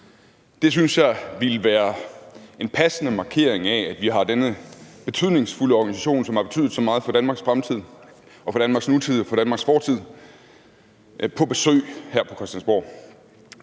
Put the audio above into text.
Det synes jeg ville være en passende markering af, at vi havde denne betydningsfulde organisation, som har betydet så meget for Danmarks fremtid og for Danmarks nutid og for Danmarks fortid, på besøg her på Christiansborg.